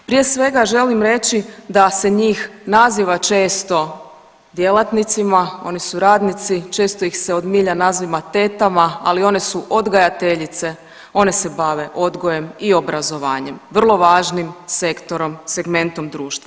Prije svega želim reći da se njih naziva često djelatnicima, oni su radnici, često ih se od milja naziva tetama, ali one su odgajateljice, one se bave odgojem i obrazovanjem, vrlo važnim sektorom, segmentom društva.